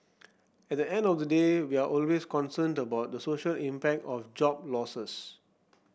at the end of the day we're always concerned about the social impact of job losses